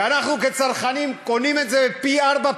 ואנחנו כצרכנים קונים את זה בפי-ארבעה,